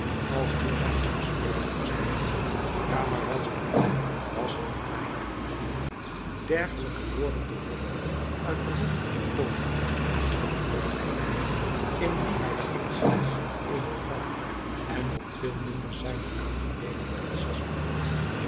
als door zijn uitstekend verstand camaralzaman was niet weinig verwonderd dergelijke woorden te hooren uit den mond van den koning van het ebbenhout eiland in wien hij geenszins eene vrouw en nog veel minder zijne aangebeden prinses vermoedde